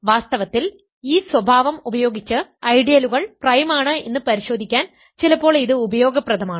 വാസ്തവത്തിൽ ഈ സ്വഭാവം ഉപയോഗിച്ച് ഐഡിയലുകൾ പ്രൈമാണ് എന്ന് പരിശോധിക്കാൻ ചിലപ്പോൾ ഇത് ഉപയോഗപ്രദമാണ്